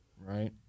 right